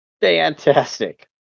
Fantastic